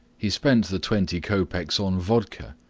he spent the twenty kopeks on vodka,